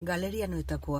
galerianoetako